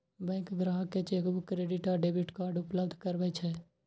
bank ग्राहक कें chequebook, credit आ डेबिट कार्ड उपलब्ध करबै छै